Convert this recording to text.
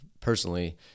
personally